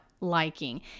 liking